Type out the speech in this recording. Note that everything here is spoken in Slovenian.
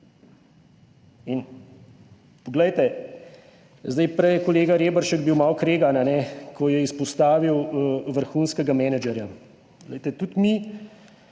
poglejte, zdaj, prej je kolega Reberšek bil malo kregan, ko je izpostavil vrhunskega menedžerja. Glejte,